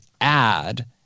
add